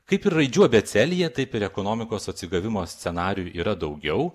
kaip ir raidžių abėcėlėje taip ir ekonomikos atsigavimo scenarijų yra daugiau